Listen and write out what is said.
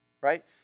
right